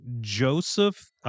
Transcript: Joseph